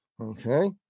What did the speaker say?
okay